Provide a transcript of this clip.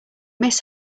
miss